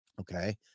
okay